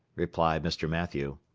replied mr. mathew.